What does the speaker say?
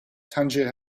tangier